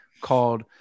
called